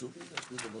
יש פה הערות.